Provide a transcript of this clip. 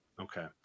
Okay